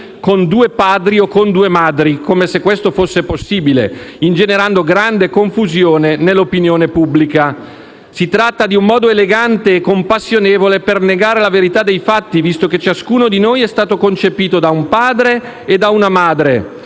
con due padri o con due madri, come se questo fosse possibile, ingenerando grande confusione nell'opinione pubblica. Si tratta di un modo elegante e compassionevole per negare la verità dei fatti, visto che ciascuno di noi è stato concepito da un padre e da una madre